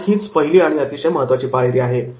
कारण हीच पहिली आणि अतिशय महत्त्वाची पायरी आहे